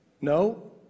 no